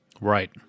Right